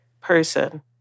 person